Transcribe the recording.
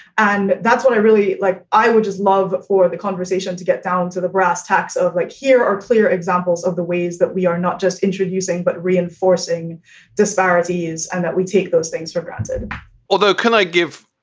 and that's what i really like. i would just love for the conversation to get down to the brass tacks of like here are clear examples of the ways that we are not just introducing but reinforcing disparities and that we take those things for granted although can i give,